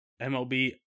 MLB